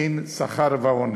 אין שכר ועונש.